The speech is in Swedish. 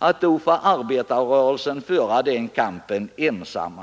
att arbetarrörelsen får föra den kampen ensam.